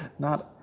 not.